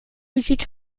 muziek